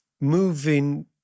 moving